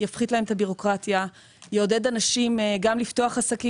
יפחית להם את הבירוקרטיה ,יעודד אנשים לפתוח עסקים